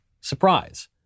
surprise